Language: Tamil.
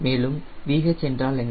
மேலும் VH என்றால் என்ன